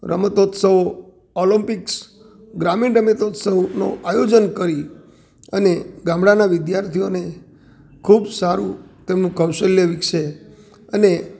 રમતોત્સવો olympics ગ્રામીણ રમતઉત્સવનો આયોજન કરી અને ગામડાનાં વિદ્યાર્થીઓને ખૂબ સારું તેમનું કૌશલ્ય વિકસે અને